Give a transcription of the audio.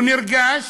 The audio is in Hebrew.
הוא נרגש